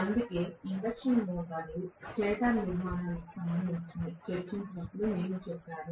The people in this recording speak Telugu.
అందుకే ఇండక్షన్ మోటర్ స్టేటర్ నిర్మాణానికి సంబంధించి చర్చించినప్పుడు నేను చెప్పాను